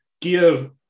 gear